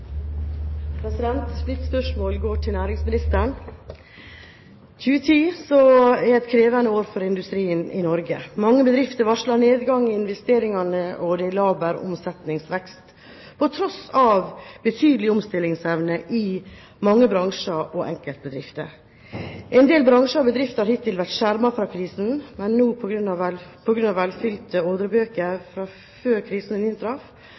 Mitt spørsmål går til næringsministeren. 2010 er et krevende år for industrien i Norge. Mange bedrifter varsler nedgang i investeringene, og det er laber omsetningsvekst på tross av betydelig omstillingsevne i mange bransjer og enkeltbedrifter. En del bransjer og bedrifter har hittil vært skjermet fra krisen på grunn av velfylte ordrebøker fra før krisen inntraff, men nå